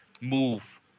move